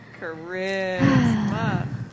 Charisma